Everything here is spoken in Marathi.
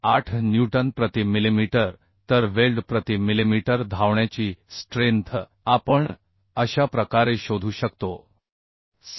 8न्यूटन प्रति मिलिमीटर तर वेल्ड प्रति मिलिमीटर धावण्याची स्ट्रेंथ आपण अशा प्रकारे शोधू शकतो 662